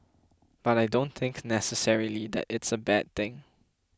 but I don't think necessarily that it's a bad thing